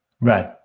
Right